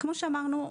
כפי שאמרתי,